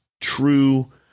true